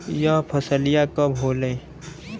यह फसलिया कब होले?